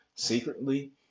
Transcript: secretly